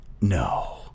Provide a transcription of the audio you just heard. No